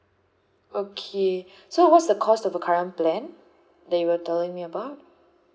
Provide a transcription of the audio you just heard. okay so what's the cost of the current plan that you were telling me about